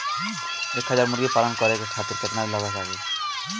एक हज़ार मुर्गी पालन करे खातिर केतना जगह लागी?